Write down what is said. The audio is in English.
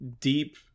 Deep